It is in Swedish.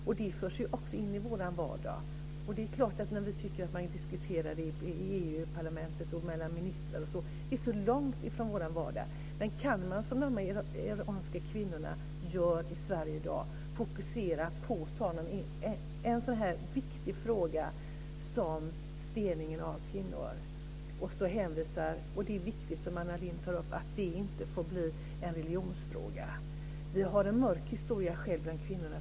Det förs in i vår vardag. Man kan tycka att det är långt från vår vardag när det diskuteras i Europaparlamentet och mellan ministrar. Men man kan fokusera på en enskild fråga som stening av kvinnor, som de iranska kvinnorna i Sverige i dag. Det är viktigt att det inte får bli en religionsfråga, som Anna Lindh också tog upp. Vi har själva en mörk historia när det gäller kvinnorna.